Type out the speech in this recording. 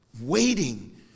waiting